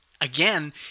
again